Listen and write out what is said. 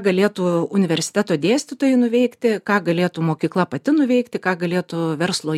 galėtų universiteto dėstytojai nuveikti ką galėtų mokykla pati nuveikti ką galėtų verslo